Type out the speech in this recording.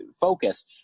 focus